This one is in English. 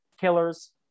killers